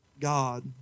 God